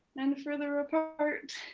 and further apart.